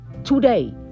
today